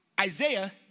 Isaiah